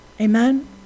Amen